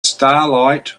starlight